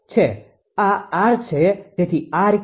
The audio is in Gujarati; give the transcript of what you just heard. તેથી R2